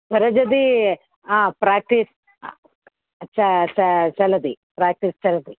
स्वरजदी आ प्राक्टीस् च च चलदि प्राक्टिस् चलति